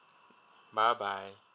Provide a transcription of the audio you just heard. bye bye